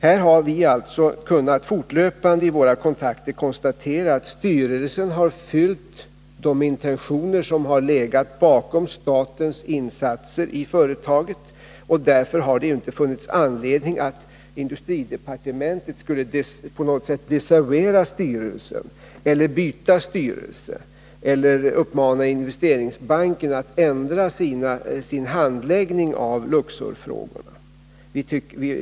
Här har vi således fortlöpande i våra kontakter kunnat konstatera att styrelsen har svarat mot de intentioner som har legat bakom statens insatser i företaget, och därför har det inte funnits anledning för industridepartementet att på något sätt desavouera styrelsen, byta ut styrelsen eller uppmana Investeringsbanken att ändra sin handläggning av Luxorfrågorna.